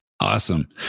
Awesome